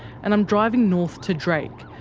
and i'm driving north to drake,